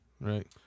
right